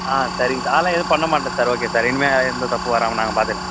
ஆ சரிங்க சார் அதெல்லாம் எதுவும் பண்ணமாட்டேன் சார் இனிமேல் எந்த தப்பும் வரமால் நாங்கள் பாத்துக்கிறோம்